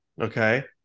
okay